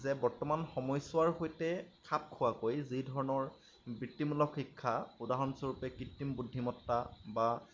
বৰ্তমান সময়ছোৱাৰ সৈতে খাপ খোৱাকৈ যি ধৰণৰ বৃত্তিমূলক শিক্ষা উদাহৰণস্বৰূপে কৃত্ৰিম বুদ্ধিমত্তা বা